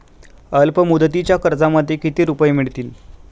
अल्पमुदतीच्या कर्जामध्ये किती रुपये मिळतील?